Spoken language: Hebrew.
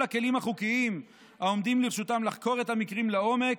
האמצעים החוקיים שעומדים לרשותם כדי לחקור את המקרים לעומק,